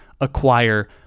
acquire